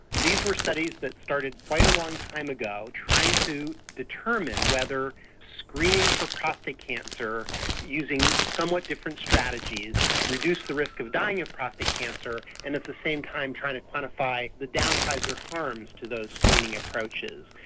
these were studies that started quite a long time ago trying to determine whether screening for prostate cancer using somewhat different strategies reduced the risk of dying of prostate cancer and at the same time trying to quantify the downsides or harms to those screening approaches.